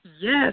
Yes